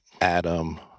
Adam